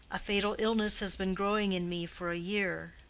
a fatal illness has been growing in me for a year.